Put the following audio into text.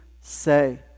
say